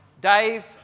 Dave